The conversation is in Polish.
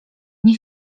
nie